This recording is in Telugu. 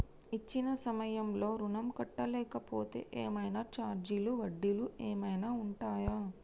ఇచ్చిన సమయంలో ఋణం కట్టలేకపోతే ఏమైనా ఛార్జీలు వడ్డీలు ఏమైనా ఉంటయా?